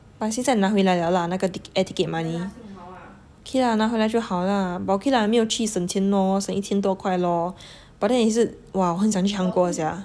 but 现在拿回来 liao lah 那个 tick~ air ticket money okay lah 拿回来就好 lah okay lah 没有去省钱 lor 省一千多块 lor but then 也是 !wah! 我很想去韩国 sia